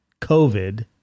COVID